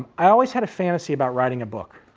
i always had a fantasy about writing a book.